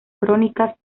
crónicas